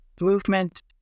movement